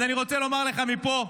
אז אני רוצה לומר לך מפה,